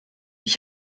ich